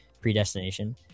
predestination